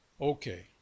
okay